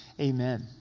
Amen